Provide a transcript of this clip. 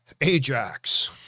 Ajax